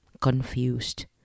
confused